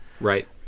right